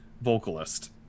vocalist